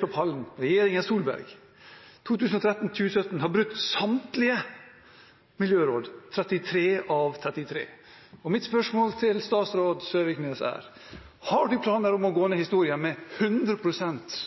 på pallen står regjeringen Solberg, som fra 2013 til 2017 har brutt samtlige miljøråd, 33 av 33. Mitt spørsmål til statsråd Søviknes er: Har du planer om å gå inn i historien med 100 pst.